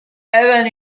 even